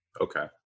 Okay